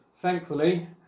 thankfully